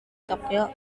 tokyo